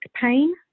pain